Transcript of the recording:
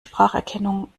spracherkennung